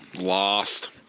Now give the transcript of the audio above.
Lost